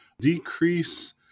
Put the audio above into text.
decrease